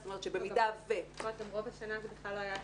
זאת אומרת שבמידה ש --- ורוב השנה זה בכלל לא היה אפשרי,